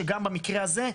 שגם במקרה הזה,